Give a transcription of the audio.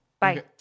bye